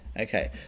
Okay